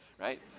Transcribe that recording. right